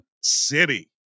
city